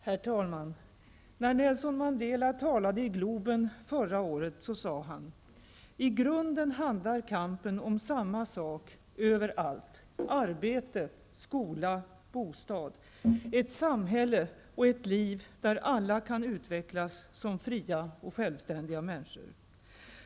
Herr talman! När Nelson Mandela talade i Globen förra året sade han: ''I grunden handlar kampen om samma sak, överallt. Arbete, skola, bostad. Ett samhälle och ett liv där alla kan utvecklas som fria och självständiga människor.''